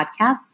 podcast